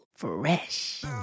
Fresh